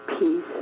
peace